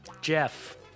Jeff